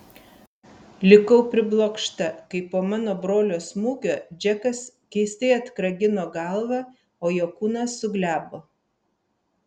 likau priblokšta kai po mano brolio smūgio džekas keistai atkragino galvą o jo kūnas suglebo